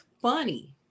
funny